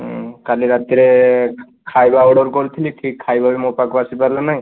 କାଲି ରାତିରେ ଖାଇବା ଅର୍ଡର୍ କରିଥିଲି ଠିକ୍ ଖାଇବା ମୋ ପାଖକୁ ଆସି ପାରିଲା ନାହିଁ